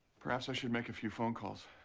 perhaps i should make a few phone calls.